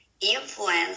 influence